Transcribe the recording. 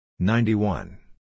Ninety-one